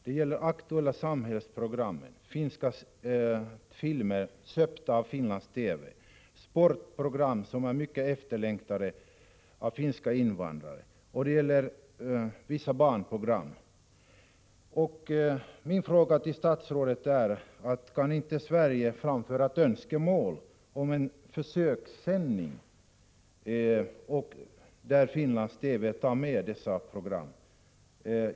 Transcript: Det gäller då aktuella samhällsprogram, finska filmer som köps av Finlands TV, sportprogram som är mycket efterlängtade av finska invandrare och vissa barnprogram. Min fråga till statsrådet blir då: Kan inte Sverige framföra önskemål om en försökssändning som innebär att Finlands TV tar med sådana program som här nämnts?